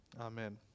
Amen